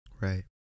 Right